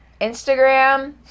Instagram